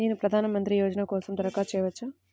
నేను ప్రధాన మంత్రి యోజన కోసం దరఖాస్తు చేయవచ్చా?